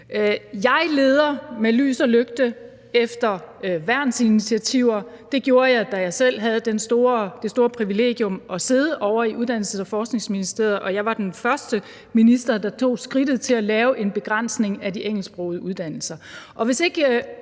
Jeg leder med lys og lygte efter værnsinitiativer, og det gjorde jeg også, da jeg selv havde det store privilegium at sidde ovre i Uddannelses- og Forskningsministeriet, og jeg var den første minister, der tog skridtet til at lave en begrænsning af de engelsksprogede uddannelser.